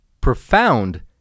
profound